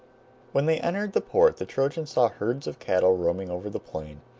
when they entered the port the trojans saw herds of cattle roaming over the plain.